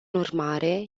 urmare